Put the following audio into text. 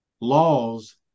laws